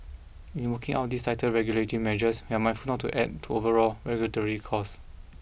in working out these tighter regulatory measures we're mindful not to add to overall regulatory costs